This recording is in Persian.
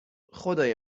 خدای